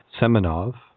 Semenov